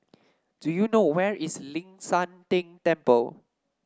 do you know where is Ling San Teng Temple